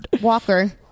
Walker